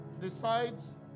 decides